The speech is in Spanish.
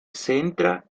centra